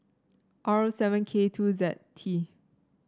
R seven K two Z T